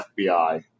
FBI